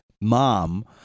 mom